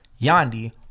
yandi